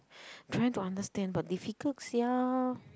trying to understand but difficult sia